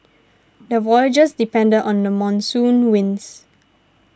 their voyages depended on the monsoon winds